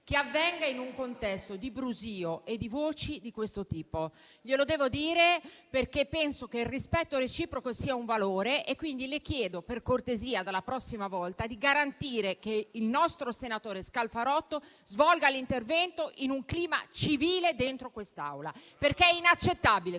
avvenga in un contesto di brusio e con un vociare di questo tipo. Glielo devo dire, perché penso che il rispetto reciproco sia un valore, per cui le chiedo cortesemente, dalla prossima volta, di garantire che il nostro senatore Scalfarotto svolga l'intervento in un clima civile dentro quest'Aula, perché è inaccettabile quanto